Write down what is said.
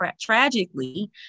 tragically